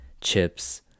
chips